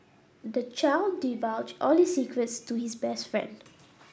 the child divulged all his secrets to his best friend